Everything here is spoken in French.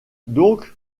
donc